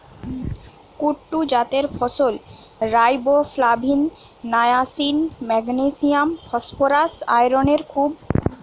কুট্টু জাতের ফসল riboflavin, niacin, magnesium, phosphorus, আয়রনের খুব ভাল উৎস